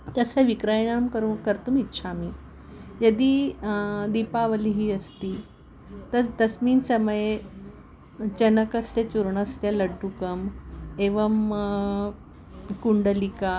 तस्य विक्रयणं करोमि कर्तुम् इच्छामि यदि दीपावलिः अस्ति तत् तस्मिन् समये चनकस्य चुर्णस्य लड्डुकम् एवं कुण्डलिका